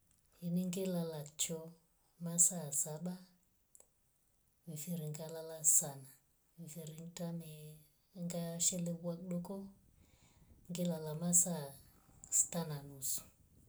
Ini ngelala choo mesaa saba mfiri ngalala sana. Mfiri inktome nga shelewa kidoko ngelala masaa sita na nusu.